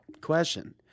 question